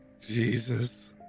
Jesus